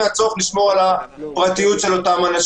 מהצורך לשמור על הפרטיות שלהם.